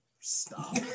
Stop